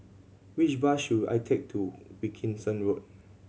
which bus should I take to Wilkinson Road